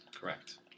Correct